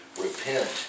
repent